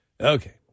okay